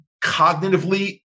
cognitively